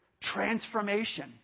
Transformation